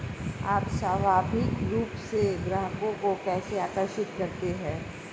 आप स्वाभाविक रूप से ग्राहकों को कैसे आकर्षित करते हैं?